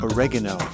Oregano